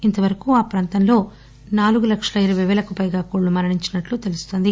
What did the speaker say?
ఇంతవరకు ఆ ప్రాంతంలో నాలుగులక్షల ఇరవై పేలకు పైగా కోళ్ళు మరణించినట్లు తెలుస్తోంది